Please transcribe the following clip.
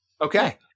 Okay